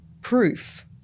proof